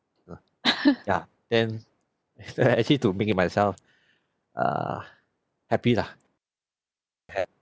uh yeah then uh is that actually to make myself err happy lah have